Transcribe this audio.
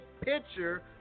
picture